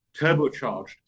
turbocharged